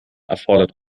erfordert